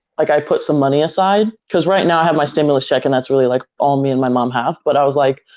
like i put some money aside, cause right now i have my stimulus check and that's really like all me and my mom have, but i was like,